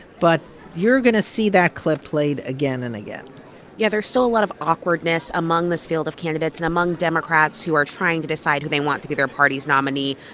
but you're going to see that clip played again and again yeah, there's still a lot of awkwardness among this field of candidates and among democrats who are trying to decide who they want to be their party's nominee.